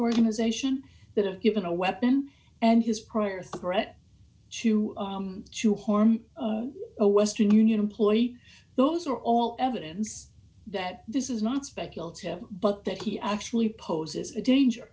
organization that has given a weapon and his prior threat to to harm a western union employee those are all evidence that this is not speculative but that he actually poses a danger